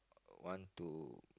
want to